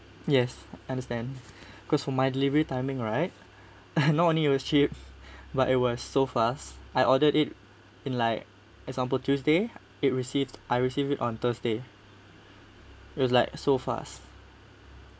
yes understand cause for my delivery timing right not only it was cheap but it was so fast I ordered it in like example tuesday it received I received it on thursday it was like so fast